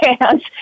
hands